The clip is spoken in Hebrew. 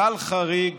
כלל חריג